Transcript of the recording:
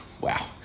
wow